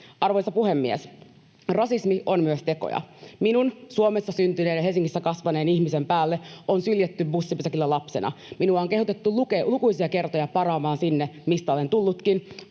Arvoisa puhemies! Rasismi on myös tekoja. Minun, Suomessa syntyneen ja Helsingissä kasvaneen ihmisen, päälleni on syljetty bussipysäkillä lapsena. Minua on kehotettu lukuisia kertoja palaamaan sinne, mistä olen tullutkin.